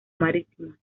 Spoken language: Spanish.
marítimas